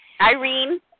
Irene